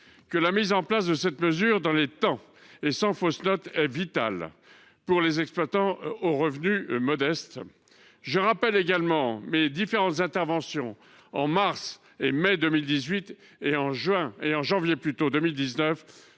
que la mise en place de cette mesure dans les temps et sans fausse note est vitale pour les exploitants aux revenus modestes. Je rappelle également que mes différentes interventions sur ce sujet, en mars et en mai 2018,